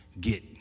get